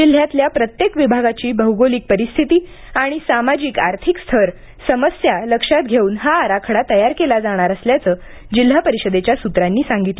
जिल्ह्यातील प्रत्येक विभागाची भौगोलिक परिस्थिती आणि सामाजिक आर्थिक स्तर समस्या लक्षात घेऊन हा आराखडा तयार केला जाणार असल्याचं जिल्हा परिषदेच्या सूत्रांनी सांगितलं